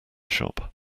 shop